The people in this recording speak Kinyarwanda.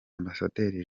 ambassadeur